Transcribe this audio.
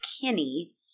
Kinney